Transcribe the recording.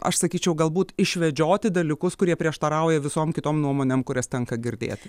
aš sakyčiau galbūt išvedžioti dalykus kurie prieštarauja visom kitom nuomonėm kurias tenka girdėti